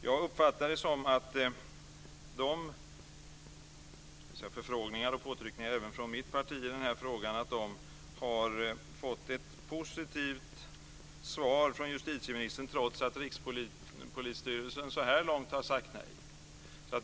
Jag uppfattar att förfrågningar även från mitt parti i den här frågan har fått ett positivt svar från justitieministern trots att Rikspolisstyrelsen så här långt har sagt nej.